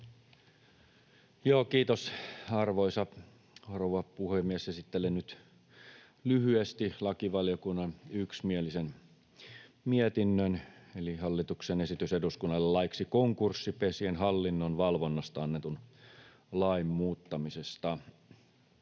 Kiitos, arvoisa rouva puhemies! Esittelen nyt lyhyesti lakivaliokunnan yksimielisen mietinnön, eli hallituksen esitys eduskunnalle laiksi konkurssipesien hallinnon valvonnasta annetun lain muuttamisesta.